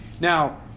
Now